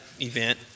event